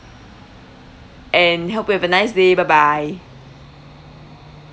and hope you have a nice day bye bye